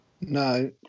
no